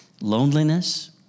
Loneliness